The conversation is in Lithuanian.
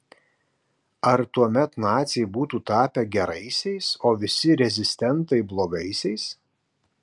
ar tuomet naciai būtų tapę geraisiais o visi rezistentai blogaisiais